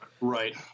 Right